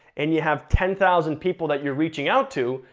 and you have ten thousand people that you're reaching out to,